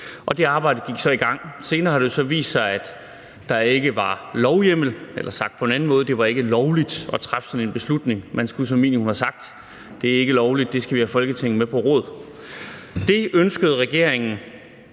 Det arbejde gik så i gang. Senere har det jo så vist sig, at der ikke var lovhjemmel – eller sagt på en anden måde: Det var ikke lovligt at træffe sådan en beslutning. Man skulle som minimum have sagt: Det er ikke lovligt, dér skal vi have Folketinget med på råd. Det ønskede regeringen